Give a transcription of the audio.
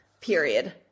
period